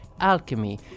alchemy